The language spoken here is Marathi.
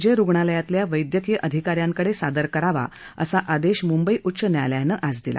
जे रुग्णालयातल्या वैद्यकीय अधिका यांकडे सादर करावा असा आदेश मुंबई उच्च न्यायालयानं आज दिला